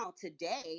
today